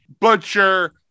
butcher